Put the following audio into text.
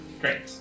Great